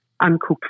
Uncooked